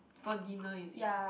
for dinner is it